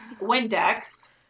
Windex